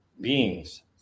beings